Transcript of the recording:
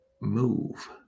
move